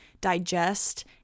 digest